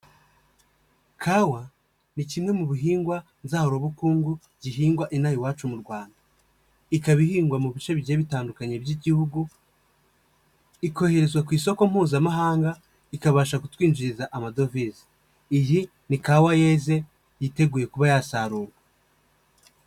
Kawa ni kimwe mu bihingwa nzahura bukungu gihingwa inaha iwacu mu Rwanda, ikaba ihingwa mu bice bigiye bitandukanye by'igihugu ikoherezwa ku isoko mpuzamahanga ikabasha kutwinjiriza amadovize, iyi ni kawa yeze yiteguye kuba yasaruwe.